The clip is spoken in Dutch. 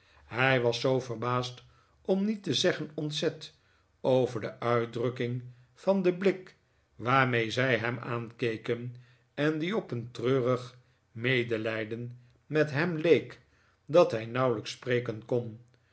hij was zoo verbaasd om niet te zeggen ontzet over de uitdrukking van den hlik waarmee zij hem aankeken en die op een treurig medelijden met hem leek dat hij nauwelijks spreken kon